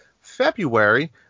February